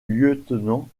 lieutenant